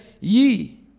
ye